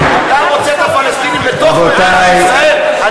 אתה רוצה את הפלסטינים בתוך מדינת ישראל?